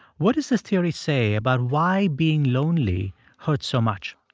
what does this theory say about why being lonely hurts so much?